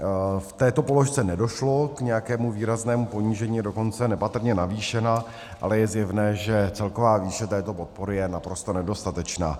V této položce nedošlo k nějakému výraznému ponížení, je dokonce nepatrně navýšena, ale je zjevné, že celková výše této podpory je naprosto nedostatečná.